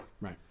Right